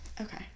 Okay